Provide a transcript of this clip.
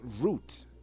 root